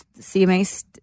CMA